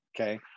okay